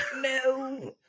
No